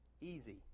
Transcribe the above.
easy